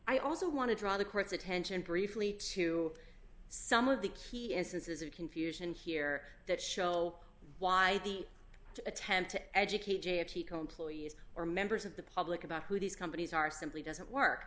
i also want to draw the court's attention briefly to some of the key is senses of confusion here that show why the attempt to educate j a teco employees or members of the public about who these companies are simply doesn't work